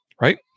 right